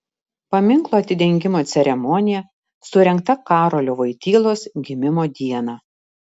paminklo atidengimo ceremonija surengta karolio voitylos gimimo dieną